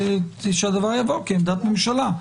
שהדבר יבוא כעמדת ממשלה.